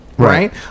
Right